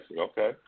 Okay